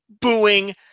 booing